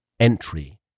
entry